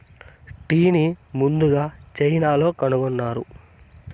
టీని ముందుగ చైనాలో కనుక్కున్నారు